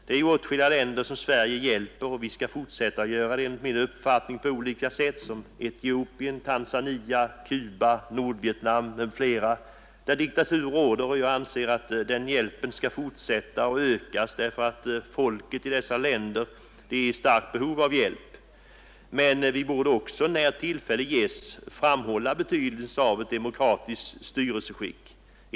Det är åtskilliga länder som Sverige hjälper på olika sätt — Etiopien, Tanzania, Cuba, Nordvietnam m.fl. — där diktatur råder. Jag anser att den hjälpen skall fortsätta och ökas, därför att folken i dessa länder är i starkt behov av hjälp. Men vi borde också när tillfälle ges framhålla betydelsen av ett demokratiskt styrelseskick.